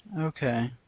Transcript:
Okay